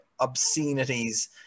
obscenities